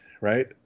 right